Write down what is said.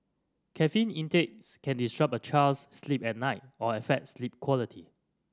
caffeine intake can disrupt a child's sleep at night or affect sleep quality